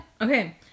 okay